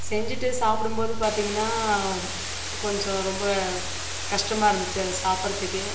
செஞ்சிட்டு சாப்பிடும் போது பார்த்திங்கன்னா கொஞ்சம் ரொம்ப கஷ்டமாக இருந்துச்சு அதை சாப்பிடுறதுக்கு